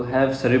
mm